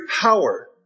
power